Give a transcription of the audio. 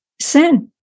sin